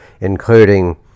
including